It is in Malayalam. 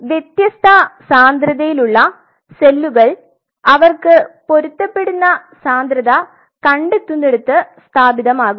വ്യത്യസ്ത സാന്ദ്രതയിലുള്ള സെല്ലുകൾ അവക്ക് പൊരുത്തപ്പെടുന്ന സാന്ദ്രത കണ്ടെത്തുന്നിടത്ത് സ്വസ്ഥമാക്കും